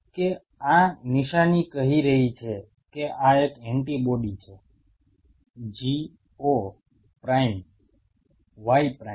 કે આ નિશાની કહી રહી છે કે આ એક એન્ટિબોડી છે G o prime Y prime